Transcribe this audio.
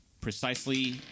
precisely